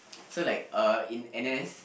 so like uh in N_S